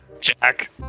Jack